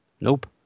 Nope